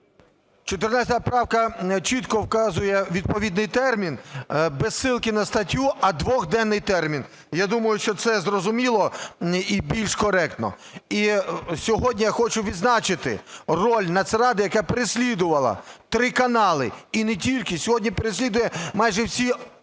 14 правка чітко вказує відповідний термін, без ссылки на статтю, а дводенний термін. Я думаю, що це зрозуміло і більш коректно. І сьогодні я хочу відзначити роль Нацради, яка переслідувала три канали і не тільки, сьогодні переслідує майже всі